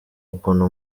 ukuntu